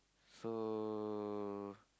so